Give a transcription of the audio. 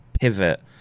pivot